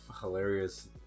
Hilarious